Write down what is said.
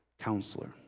counselor